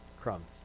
crumbs